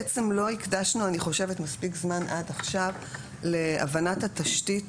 בעצם לא הקדשנו אני חושבת מספיק זמן עד עכשיו להבנת התשתית,